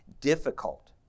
Difficult